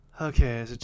Okay